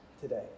today